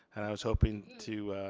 and i was hoping to